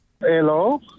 Hello